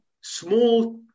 small